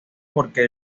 porque